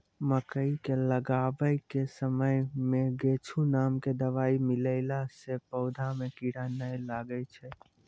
मकई के लगाबै के समय मे गोचु नाम के दवाई मिलैला से पौधा मे कीड़ा नैय लागै छै?